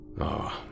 Oh